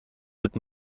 mit